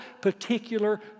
particular